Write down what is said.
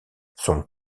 son